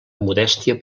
modèstia